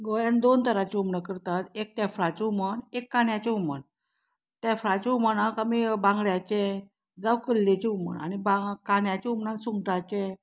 गोंयान दोन तरांची हुमणां करतात एक तेफळाचें हुमण एक कांद्याचें हुमण तेफळाचें हुमणाक आमी बांगड्याचें जावं कल्लेचें हुमण आनी कांद्याचे हुमणान सुंगटाचें